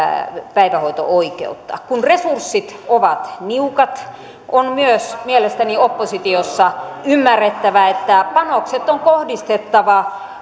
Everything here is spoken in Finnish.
päivähoito oikeutta kun resurssit ovat niukat on myös mielestäni oppositiossa ymmärrettävä että panokset on kohdistettava